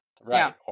right